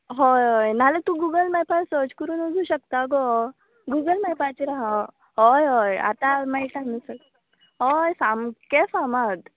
हय हय नाल्या तूं गुगल मॅपा सच करून वचूं शकता गो गुगल मॅपाचेर आसा अ हय हय आतां मेळटा न्हू सग हय सामकें फामाद